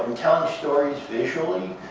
and telling stories visually.